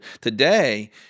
today